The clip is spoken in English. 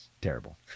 Terrible